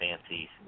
fancy